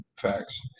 Facts